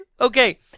okay